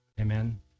Amen